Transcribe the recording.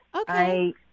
Okay